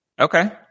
Okay